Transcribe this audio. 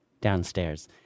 downstairs